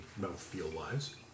mouthfeel-wise